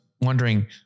wondering